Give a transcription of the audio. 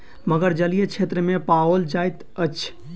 मगर जलीय क्षेत्र में पाओल जाइत अछि